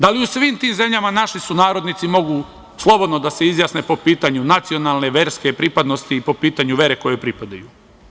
Da li u svim tim zemljama naši sunarodnici mogu slobodno da se izjasne po pitanju nacionalne i verske pripadnosti i po pitanju vere kojoj pripadaju?